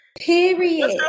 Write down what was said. Period